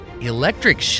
electric